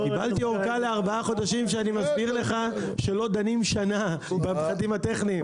קיבלתי ארכה לארבעה חודשים כשאני מסביר לך שלא דנים שנה בפרטים הטכניים.